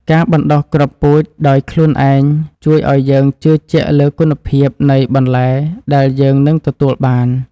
ការបណ្តុះគ្រាប់ពូជដោយខ្លួនឯងជួយឱ្យយើងជឿជាក់លើគុណភាពនៃបន្លែដែលយើងនឹងទទួលបាន។